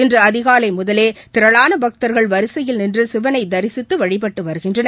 இன்று அதிகாலை முதலே திரளான பக்தர்கள் வரிசையில் நின்று சிவனை தரிசித்து வழிபட்டு வருகின்றனர்